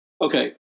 Okay